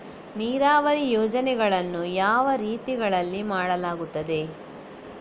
ನೀರಾವರಿ ಯೋಜನೆಗಳನ್ನು ಯಾವ ರೀತಿಗಳಲ್ಲಿ ಮಾಡಲಾಗುತ್ತದೆ?